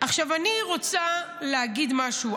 אני רוצה להגיד משהו.